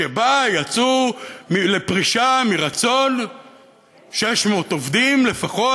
שבה הלכו לפרישה מרצון 600 עובדים לפחות,